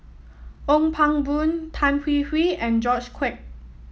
Ong Pang Boon Tan Hwee Hwee and George Quek